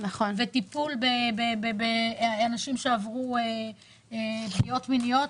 בטיפול באנשים שעברו פגיעות מיניות,